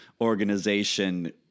organization